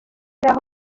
n’aho